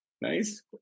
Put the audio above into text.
Nice